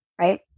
right